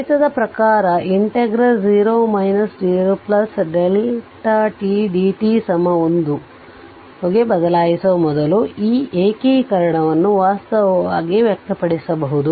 ಗಣಿತದ ಪ್ರಕಾರ0 0tdt 1 ಗೆ ಬದಲಾಯಿಸುವ ಮೊದಲು ಈ ಏಕೀಕರಣವನ್ನು ವಾಸ್ತವವಾಗಿ ವ್ಯಕ್ತಪಡಿಸಬಹುದು